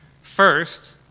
First